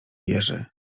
jerzy